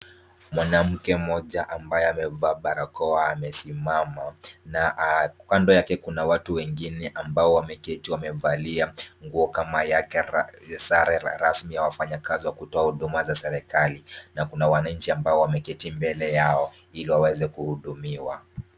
Mwanamke mmoja ambaye amevaa barakoa amesimama. Na kando yake kuna watu wengine ambao wameketi wamevalia nguo kama yake, sare rasmi wafanyikazi wa kutoa huduma za serikali. Na kuna wananchi ambao wameketi mbele yao ili waweze kuhudimiwa.